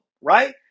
right